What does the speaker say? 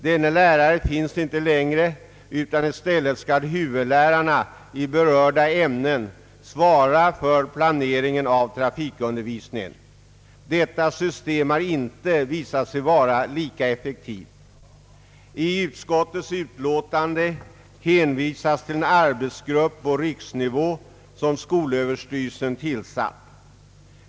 Dessa lärare finns inte längre, utan i stället skall huvudlärarna i berörda ämnen svara för planeringen av trafikundervisningen. Detta system har inte visat sig vara lika effektivt som det tidigare. I utskottets utlåtande hänvisas till en arbetsgrupp på riksnivå, som skolöverstyrelsen tillsatt.